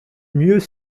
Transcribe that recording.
mieux